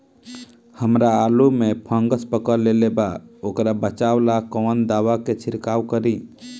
हमरा आलू में फंगस पकड़ लेले बा वोकरा बचाव ला कवन दावा के छिरकाव करी?